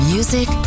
Music